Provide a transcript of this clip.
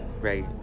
Right